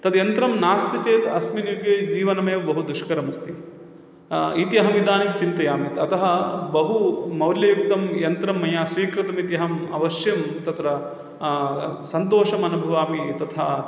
तद्यन्त्रं नास्ति चेत् अस्मिन् कः जीवनमेव बहु दुष्करमस्ति इति अहमिदानीं चिन्तयामि तत् अतः बहु मौल्ययुक्तं यन्त्रं मया स्वीकृतमिति अहम् अवश्यं तत्र सन्तोषम् अनुभवामि तथा